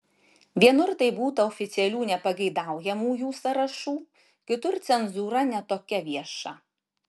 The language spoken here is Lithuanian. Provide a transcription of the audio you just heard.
vienur tai būta oficialių nepageidaujamųjų sąrašų kitur cenzūra ne tokia vieša